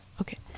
okay